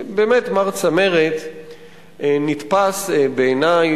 באמת מר צמרת נתפס בעיני,